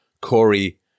Corey